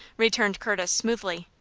returned curtis, smoothly.